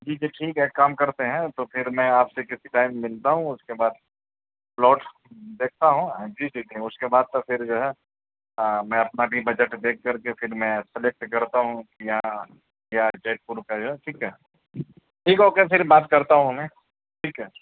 ٹھیک ہے ٹھیک ہے کام کرتے ہیں تو پھر میں آپ سے کسی ٹائم ملتا ہوں اس کے بعد پلاٹ دیکھتا ہوں جی دیکھیں گے اس کے بعد تو پھر جو ہے میں اپنا بھی بجٹ دیکھ کر کے پھر میں سلیکٹ کرتا ہوں یہاں یا زید پور کا جو ہے ٹھیک ہے ٹھیک ہے اوکے پھر بات کرتا ہوں میں ٹھیک ہے